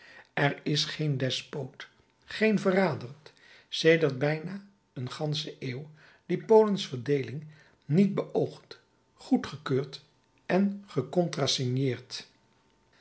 er is geen despoot geen verrader sedert bijna een gansche eeuw die polens verdeeling niet beoogd goedgekeurd gecontrasigneerd en